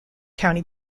county